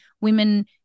women